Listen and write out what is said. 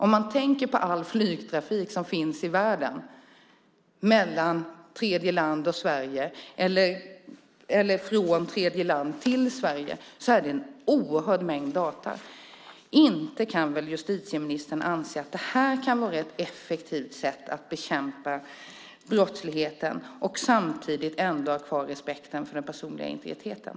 Om man tänker på all flygtrafik mellan tredjeland och Sverige eller från tredjeland till Sverige är det en oerhörd mängd data. Inte kan väl justitieministern anse att det kan vara ett effektivt sätt att bekämpa brottsligheten och samtidigt ha respekt för den personliga integriteten?